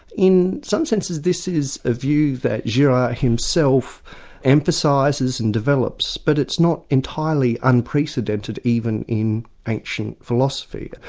in some senses, this is a view that girard himself emphasises and develops, but it's not entirely unprecedented even in ancient philosophy.